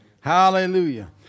Hallelujah